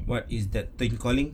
what is that thing calling